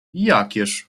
jakież